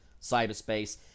cyberspace